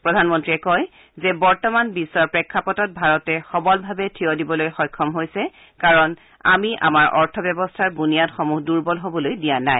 প্ৰধানমন্ত্ৰীয়ে কয় যে বৰ্তমান বিশ্বৰ প্ৰেক্ষাপটত ভাৰতে সবলভাৱে থিয় দিবলৈ সক্ষম হৈছে কাৰণ আমি আমাৰ অৰ্থব্যৱস্থাৰ বুনিয়াদসমূহ দুৰ্বল হবলৈ দিয়া নাই